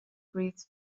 breathes